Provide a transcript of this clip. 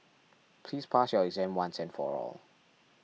please pass your exam once and for all